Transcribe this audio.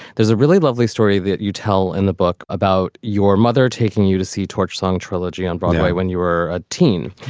there's a really lovely story that you tell in the book about your mother taking you to see torch song trilogy on broadway when you were a teen.